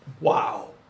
wow